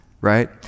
right